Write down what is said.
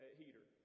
heater